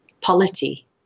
polity